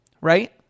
right